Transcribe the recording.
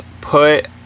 put